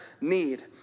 need